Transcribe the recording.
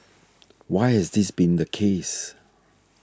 why has this been the case